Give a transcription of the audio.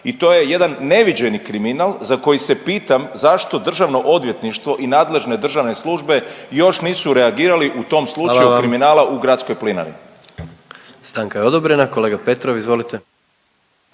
i to je jedan neviđeni kriminal za koji se pitam zašto Državno odvjetništvo i nadležne državne službe još nisu reagirali u tom slučaju kriminala … …/Upadica predsjednik: Hvala